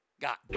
got